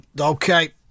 Okay